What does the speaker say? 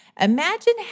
imagine